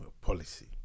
policy